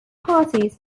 parties